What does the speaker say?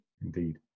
Indeed